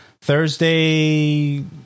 thursday